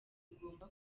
igomba